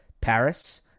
Paris